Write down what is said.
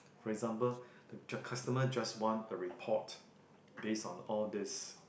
for example the just customer just want a report based on all these